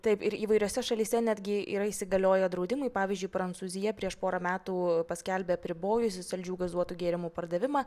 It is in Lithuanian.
taip ir įvairiose šalyse netgi yra įsigalioję draudimai pavyzdžiui prancūzija prieš porą metų paskelbė apribojusi saldžių gazuotų gėrimų pardavimą